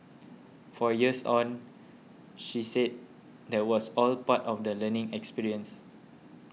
four years on she said that was all part of the learning experience